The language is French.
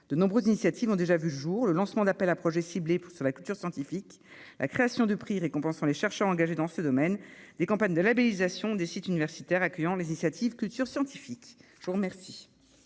De nombreuses initiatives ont déjà vu le jour : le lancement d'appels à projets ciblés sur la culture scientifique, la création de prix récompensant les chercheurs engagés dans ce domaine, des campagnes de labellisation des sites universitaires accueillant des initiatives « culture scientifique ». Sous le